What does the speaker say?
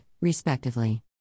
respectively